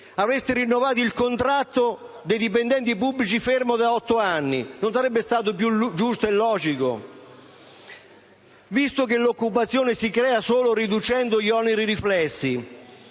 aveste rinnovato il contratto dei dipendenti pubblici, fermo da otto anni, non sarebbe stato più giusto e logico? Visto che l'occupazione si crea solo riducendo gli oneri riflessi,